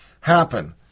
happen